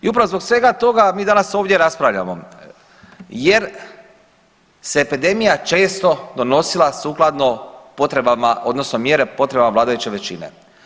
I upravo zbog svega toga mi danas ovdje raspravljamo, jer se epidemija često donosila sukladno potrebama, odnosno mjere potrebama vladajuće većine.